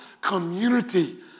community